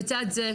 לצד זה,